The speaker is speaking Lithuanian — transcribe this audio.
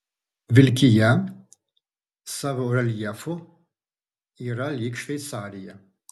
vilkija savo reljefu yra lyg šveicarija